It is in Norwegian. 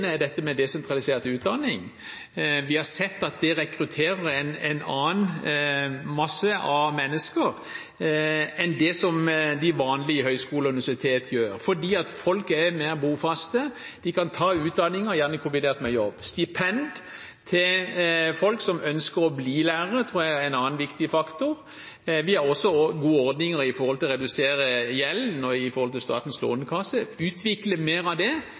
er vi allerede i gang med. Det ene er dette med desentralisert utdanning. Vi har sett at det rekrutterer en annen masse av mennesker enn det de vanlige høyskolene og universitetene gjør, fordi folk er mer bofaste, og de kan gjerne ta utdanning kombinert med jobb. Stipend til folk som ønsker å bli lærere, tror jeg er en annen viktig faktor. Vi har også gode ordninger for å redusere gjeld, gjennom Statens Lånekasse. Et tiltak er å utvikle mer av det,